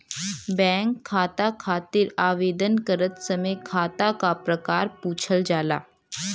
bank खाता खातिर आवेदन करत समय खाता क प्रकार पूछल जाला